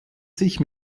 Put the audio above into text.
sich